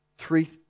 three